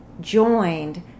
joined